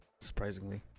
Surprisingly